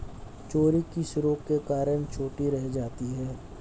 Cherry किस रोग के कारण छोटी रह जाती है?